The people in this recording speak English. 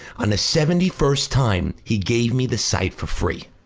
on a seventy first time he gave me the site for free